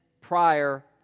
prior